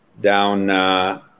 down